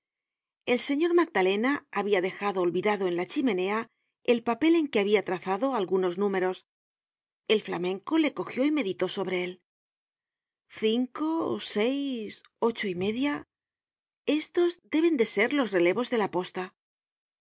el señor magdalena habia dejado olvidado en la chimenea el papel en que habia trazado algunos números el flamenco le cogió y meditó sobre él cinco seis ocho y media estos deben de serlos relevos de la posta